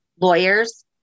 Lawyers